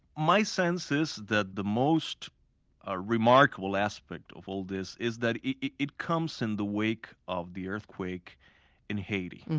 my sense is that the most ah remarkable aspect of all this is that it it comes in the wake of the earthquake in haiti.